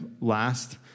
last